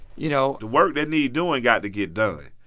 you know. the work that need doing got to get done.